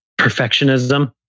Perfectionism